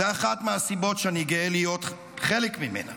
זו אחת הסיבות שאני גאה להיות חלק ממנה.